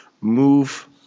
move